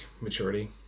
maturity